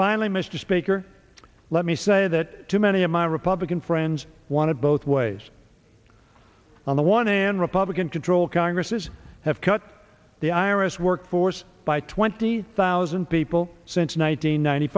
finally mr speaker let me say that too many of my republican friends want it both ways on the one hand republican controlled congress is have cut the iris workforce by twenty thousand people since one nine